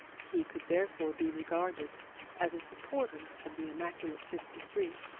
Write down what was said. he could therefore be regarded as a supporter of the immaculate fifty-three,